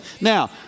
Now